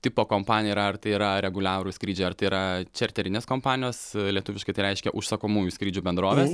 tipo kompanija yra ar tai yra reguliarūs skrydžiai ar tai yra čarterinės kompanijos lietuviškai tai reiškia užsakomųjų skrydžių bendrovės